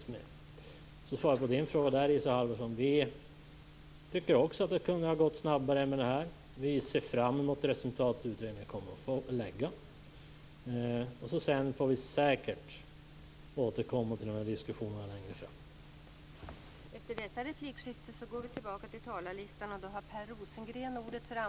Svaret på Isa Halvarssons fråga är att vi också tycker att det kunde ha gått snabbare med detta. Vi ser fram emot resultatutredningens förslag. Vi får säkert anledning att återkomma till de här diskussionerna längre fram.